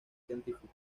científica